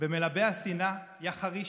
ומלבי השנאה יחרישו.